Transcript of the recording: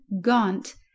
gaunt